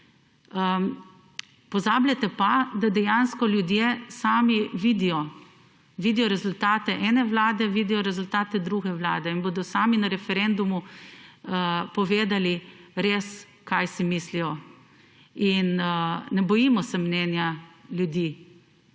Pozabljate pa, da dejansko ljudje sami vidijo, vidijo rezultate ene Vlade, vidijo rezultate druge Vlade in bodo sami na referendumu povedali res kaj si mislijo. In ne bojimo se mnenja ljudi.